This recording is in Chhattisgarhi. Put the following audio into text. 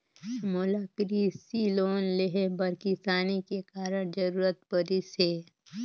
मोला कृसि लोन लेहे बर किसानी के कारण जरूरत परिस हे